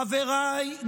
חבריי,